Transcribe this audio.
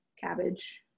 cabbage